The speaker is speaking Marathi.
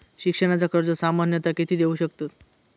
शिक्षणाचा कर्ज सामन्यता किती देऊ शकतत?